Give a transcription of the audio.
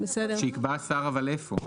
שיקבע השר אבל איפה?